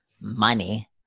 money